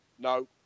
No